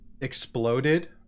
exploded